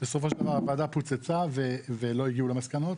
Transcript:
בסופו של דבר הוועדה פוצצה ולא הגיעו למסקנות.